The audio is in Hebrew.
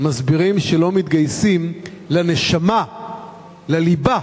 מסבירים שלא מתגייסים לנשמה, לליבה,